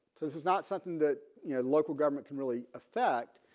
so this is not something that yeah local government can really affect.